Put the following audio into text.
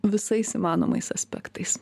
visais įmanomais aspektais